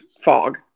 fog